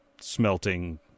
smelting